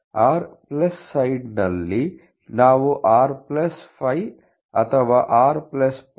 r ನ plus ಸೈಡ್ನಲ್ಲಿ ನಾವು r 5 ಅಥವಾ r 0